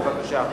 בבקשה.